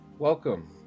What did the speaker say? Welcome